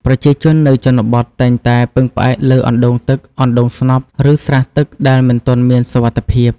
ប្រជាជននៅជនបទនៅតែពឹងផ្អែកលើអណ្ដូងទឹក អណ្ដូងស្នប់ ឬស្រះទឹកដែលមិនទាន់មានសុវត្ថិភាព។